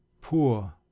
Poor